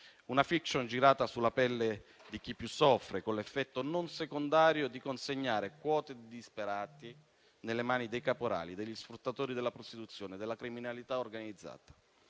una *fiction* girata sulla pelle di chi più soffre, con l'effetto non secondario di consegnare quote di disperati nelle mani dei caporali, degli sfruttatori della prostituzione e della criminalità organizzata.